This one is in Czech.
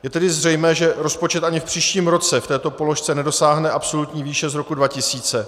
Je tedy zřejmé, že rozpočet ani v příštím roce v této položce nedosáhne absolutní výše z roku 2000.